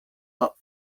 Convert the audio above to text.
but